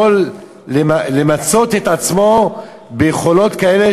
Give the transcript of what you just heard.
יכול למצות את עצמו ביכולות כאלה,